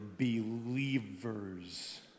believers